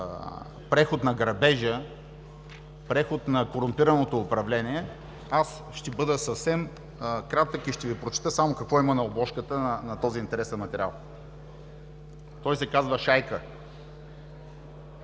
преход на грабежа, преход на корумпираното управление, аз ще бъда съвсем кратък и ще Ви прочета какво има на обложката на този интересен материал. Той се казва „Шайка“.